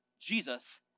Jesus